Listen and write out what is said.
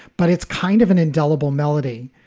but it's kind of an indelible melody.